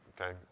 okay